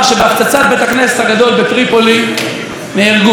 שבהפצצת בית הכנסת הגדול בטריפולי נהרגו,